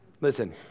listen